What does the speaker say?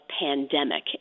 pandemic